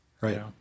Right